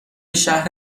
شهر